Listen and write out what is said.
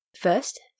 first